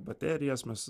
baterijas mes